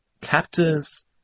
captors